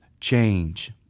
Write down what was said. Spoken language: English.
change